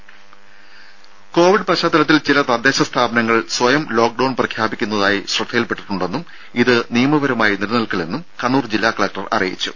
രുഭ കോവിഡ് പശ്ചാത്തലത്തിൽ ചില തദ്ദേശ സ്ഥാപനങ്ങൾ സ്വയം ലോക്ഡൌൺ പ്രഖ്യാപിക്കുന്നതായി ശ്രദ്ധയിൽപ്പെട്ടിട്ടുണ്ടെന്നും ഇത് നിയമപരമായി നിലനിൽക്കില്ലെന്നും കണ്ണൂർ ജില്ലാ കലക്ടർ അറിയിച്ചു